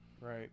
Right